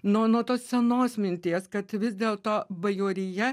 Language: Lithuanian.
nuo nuo tos senos minties kad vis dėl to bajorija